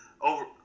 over